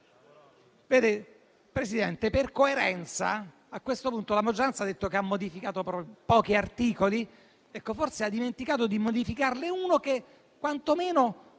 Presidente, per coerenza, a questo punto la maggioranza ha detto che ha modificato pochi articoli, ma forse ha dimenticato di modificarne uno, che quantomeno